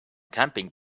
camping